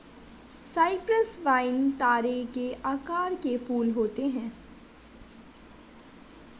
Cyprus vine तारे के आकार के फूल होता है